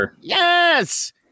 Yes